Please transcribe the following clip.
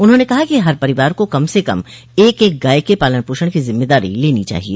उन्होंने कहा कि हर परिवार को कम से कम एक एक गाय के पालन पोषण की जिम्मेदारी लेनी चाहिए